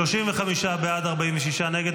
35 בעד, 46 נגד.